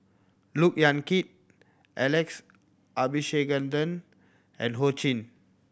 Look Yan Kit Alex Abisheganaden and Ho Ching